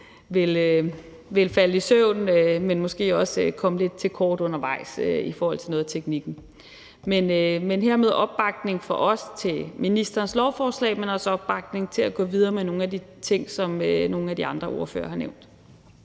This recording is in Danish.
ville falde i søvn, men måske også komme lidt til kort undervejs i forhold til noget af det tekniske. Men hermed giver vi vores opbakning fra os til ministerens lovforslag, men også til at gå videre med nogle af de ting, som nogle af de andre ordførere har nævnt.